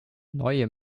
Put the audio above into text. neue